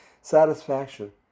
satisfaction